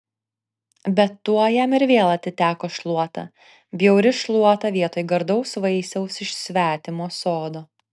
bet tuoj jam ir vėl atiteko šluota bjauri šluota vietoj gardaus vaisiaus iš svetimo sodo